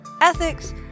ethics